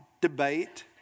debate